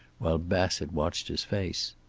while bassett watched his face.